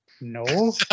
no